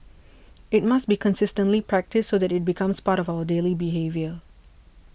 it must be consistently practised so that it becomes part of our daily behaviour